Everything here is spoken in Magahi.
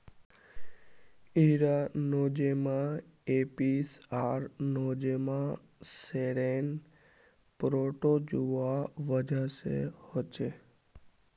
इरा नोज़ेमा एपीस आर नोज़ेमा सेरेने प्रोटोजुआ वजह से होछे